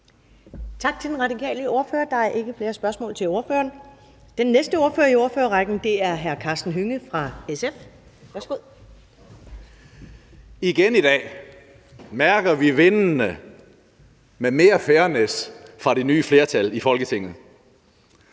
Igen i dag mærker vi vindene med mere fairness fra det nye flertal i Folketinget.